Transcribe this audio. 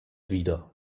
wieder